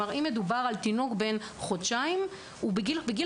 אם מדובר על תינוק בן חודשיים אז בגיל